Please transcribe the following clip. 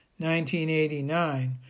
1989